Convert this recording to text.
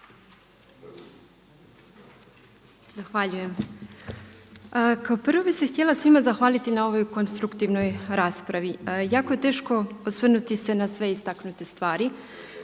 Zahvaljujem. Kao prvo bi se htjela svima zahvaliti na ovoj konstruktivnoj raspravi. Jako je teško osvrnuti se na sve istaknute stvari.